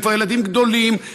הם כבר ילדים גדולים,